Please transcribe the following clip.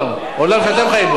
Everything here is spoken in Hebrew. עולם שאתם חיים בו.